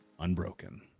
unbroken